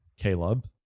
Caleb